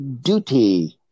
duty